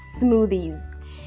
smoothies